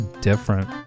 different